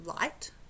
light